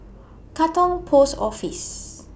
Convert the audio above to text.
Katong Post Office